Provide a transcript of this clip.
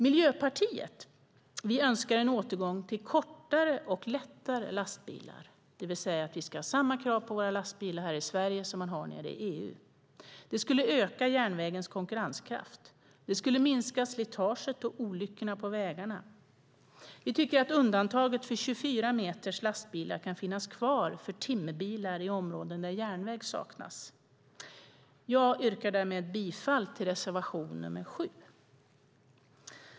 Miljöpartiet önskar en återgång till kortare och lättare lastbilar. Vi ska alltså ha samma krav på lastbilar här i Sverige som man har nere i Europa. Det skulle öka järnvägens konkurrenskraft. Det skulle minska slitaget och olyckorna på vägarna. Vi tycker att undantaget för 24 meters lastbilar kan finnas kvar för timmerbilar i områden där järnväg saknas. Därmed yrkar jag bifall till reservation nr 7.